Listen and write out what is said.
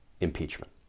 impeachment